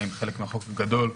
האם חלק מהחוק הוא גדול.